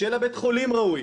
שיהיה לה בית חולים ראוי,